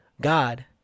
God